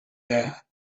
there